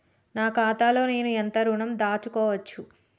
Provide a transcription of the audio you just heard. నా ఖాతాలో నేను ఎంత ఋణం దాచుకోవచ్చు?